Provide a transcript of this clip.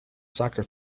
soccer